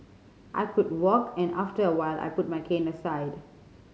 I could walk and after a while I put my cane aside